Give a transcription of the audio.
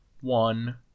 one